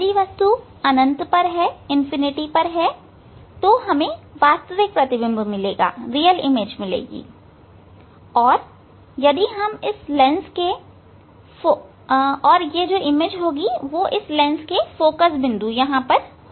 यदि वस्तु अनंत पर है तो हमें वास्तविक प्रतिबिंब मिलेगा और यह हमें इस लेंस के फोकल बिंदु पर मिलेगा